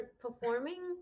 performing